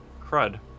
Crud